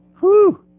whoo